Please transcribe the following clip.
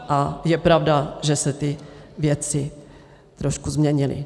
A je pravda, že se ty věci trošku změnily.